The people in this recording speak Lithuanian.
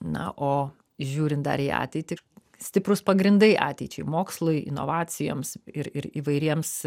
na o žiūrint dar į ateitį stiprūs pagrindai ateičiai mokslui inovacijoms ir ir įvairiems